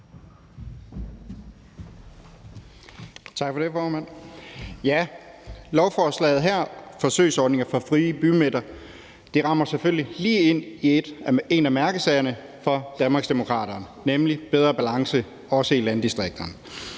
Tak for det, formand. Lovforslaget her om en forsøgsordning for frie bymidter rammer selvfølgelig lige ind i en af mærkesagerne for Danmarksdemokraterne, nemlig bedre balance også i landdistrikterne.